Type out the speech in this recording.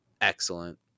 excellent